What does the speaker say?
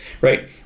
right